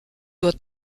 doit